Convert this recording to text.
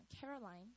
Caroline